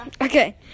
Okay